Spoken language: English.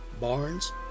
barns